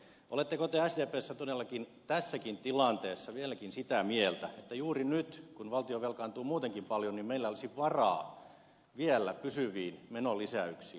oletteko te sdpssä todellakin tässäkin tilanteessa vielä sitä mieltä että juuri nyt kun valtio velkaantuu muutenkin paljon meillä olisi varaa vielä pysyviin menolisäyksiin